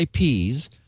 IPs